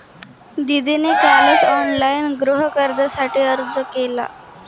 दीदीने कालच ऑनलाइन गृहकर्जासाठी अर्ज केला